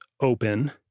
open